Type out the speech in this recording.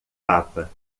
papa